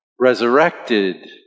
resurrected